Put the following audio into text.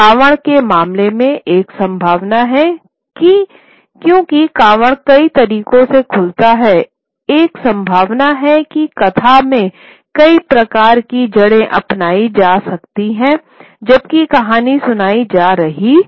कावड़ के मामले में एक संभावना है कि क्योंकि कावड़ कई तरीकों से खुलता है एक संभावना है कि कथा में कई प्रकार की जड़ें अपनाई जा सकती हैं जबकि कहानी सुनाई जा रही हो